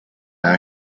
are